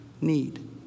need